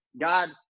God